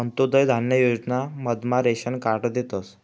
अंत्योदय धान्य योजना मधमा रेशन कार्ड देतस